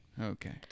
Okay